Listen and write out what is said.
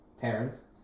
parents